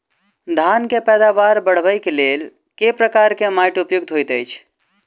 धान केँ पैदावार बढ़बई केँ लेल केँ प्रकार केँ माटि उपयुक्त होइत अछि?